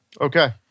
okay